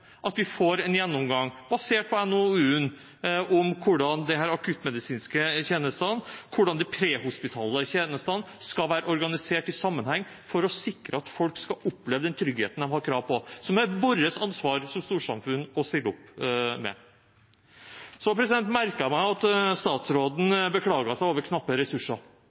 at vi får en gjennomgang, basert på NOU-en, om hvordan de akuttmedisinske tjenestene, de prehospitale tjenestene, skal være organisert i sammenheng for å sikre at folk skal oppleve den tryggheten de har krav på, og som er vårt ansvar som storsamfunn å stille opp med. Jeg merket meg at statsråden beklaget seg over knappe ressurser